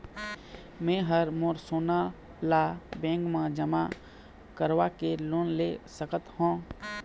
मैं हर मोर सोना ला बैंक म जमा करवाके लोन ले सकत हो?